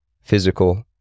physical